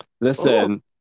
listen